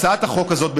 הצעת החוק הזאת,